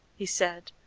he said,